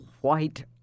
white